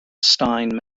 stein